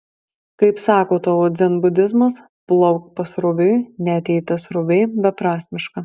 kaip sako tavo dzenbudizmas plauk pasroviui net jei ta srovė beprasmiška